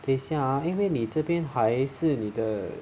等一下啊因为你这边还是你的